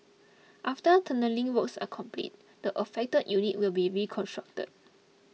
after tunnelling works are completed the affected unit will be reconstructed